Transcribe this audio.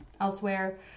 elsewhere